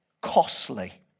costly